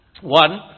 One